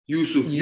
Yusuf